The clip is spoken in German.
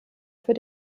für